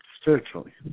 spiritually